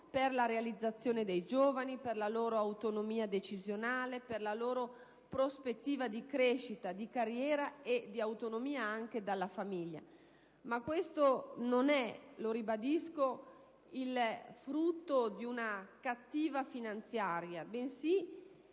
per la realizzazione dei giovani, per la loro autonomia decisionale, per la loro prospettiva di crescita, di carriera e di autonomia dalla famiglia. Ma questo non è - lo ribadisco - il frutto di una cattiva finanziaria, bensì